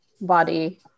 body